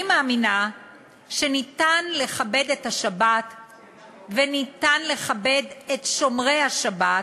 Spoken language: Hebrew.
אני מאמינה שניתן לכבד את השבת וניתן לכבד את שומרי השבת,